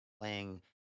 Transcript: playing